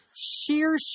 sheer